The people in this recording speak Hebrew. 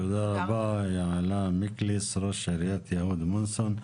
תודה רבה יעלה מקליס, ראש עיריית יהוד מונוסון.